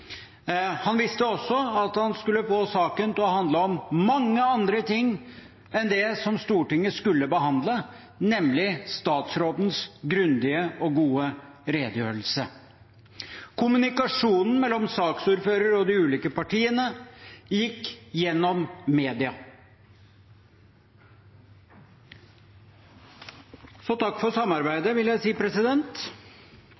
Han visste også at han skulle få saken til å handle om mange andre ting enn det Stortinget skulle behandle, nemlig statsrådens grundige og gode redegjørelse. Kommunikasjonen mellom saksordføreren og de ulike partiene gikk gjennom media – så takk for